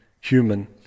Human